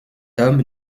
homme